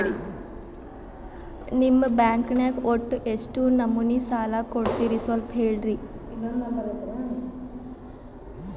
ನಿಮ್ಮ ಬ್ಯಾಂಕ್ ನ್ಯಾಗ ಒಟ್ಟ ಎಷ್ಟು ನಮೂನಿ ಸಾಲ ಕೊಡ್ತೇರಿ ಸ್ವಲ್ಪ ಹೇಳ್ರಿ